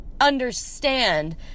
understand